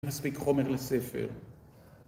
מספיק חומר לספר